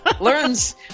learns